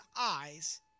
eyes